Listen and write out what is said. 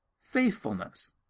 faithfulness